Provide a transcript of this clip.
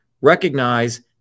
Recognize